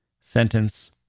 sentence